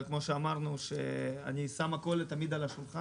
אני שם הכול על השולחן,